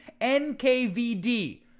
NKVD